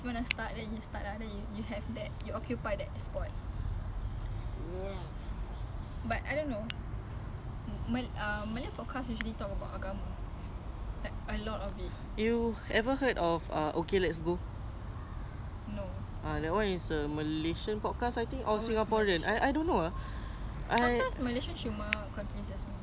that [one] is a malaysian podcast I think or singaporean I I don't know ah but it's very funny it's very nice it's very entertaining mm my boyfriend's aunty dia buat podcast dengan suami dia agama